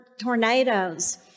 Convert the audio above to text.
tornadoes